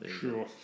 Sure